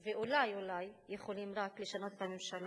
ואולי אולי יכולים רק לשנות את הממשלה.